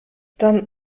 dann